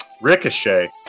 Ricochet